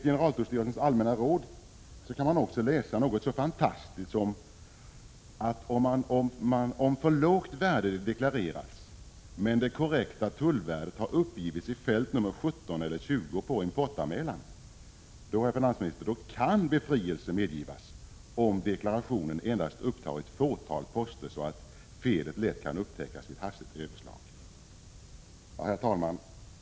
I generaltullstyrelsens allmänna råd kan man också läsa något så fantastiskt som att om för lågt värde deklarerats men det korrekta tullvärdet har uppgivits i fält 17 eller 20 på importanmälan, kan befrielse medgivas om deklarationen endast upptar ett fåtal poster så att felet lätt kan upptäckas vid hastigt överslag. Herr talman!